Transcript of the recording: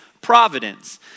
Providence